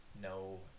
No